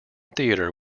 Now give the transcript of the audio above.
theatre